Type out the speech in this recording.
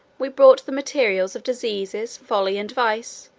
we brought the materials of diseases, folly, and vice,